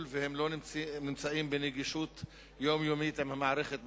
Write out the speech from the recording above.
והם לא נמצאים בנגישות יומיומית עם המערכת בישראל,